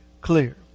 clear